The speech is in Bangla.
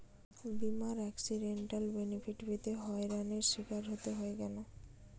বিমার এক্সিডেন্টাল বেনিফিট পেতে হয়রানির স্বীকার হতে হয় কেন?